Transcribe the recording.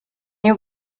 you